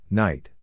night